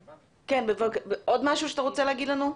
עוד משהו שאתה רוצה להגיד לנו?